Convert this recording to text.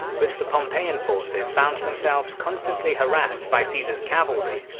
but the pompeian forces found themselves constantly harassed by caesar's cavalry,